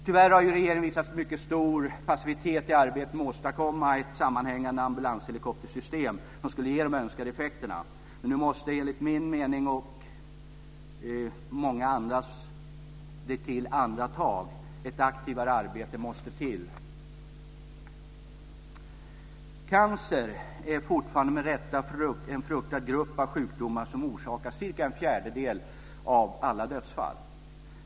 Tyvärr har regeringen visat mycket stor passivitet i arbetet med att åstadkomma ett sammanhängande ambulanshelikoptersystem som skulle ge de önskade effekterna. Nu måste det till andra tag, enligt min och många andras mening. Ett aktivare arbete måste till. Cancer är fortfarande med rätta en fruktad grupp av sjukdomar som orsakar cirka en fjärdedel av alla dödsfall.